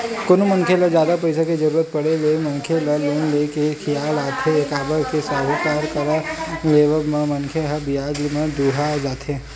कोनो मनखे ल जादा पइसा के जरुरत पड़े ले मनखे ल लोन ले के खियाल आथे काबर के साहूकार करा करजा लेवब म मनखे ह बियाज म दूहा जथे